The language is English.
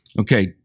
Okay